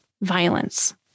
violence